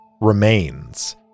remains